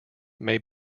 may